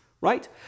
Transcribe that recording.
right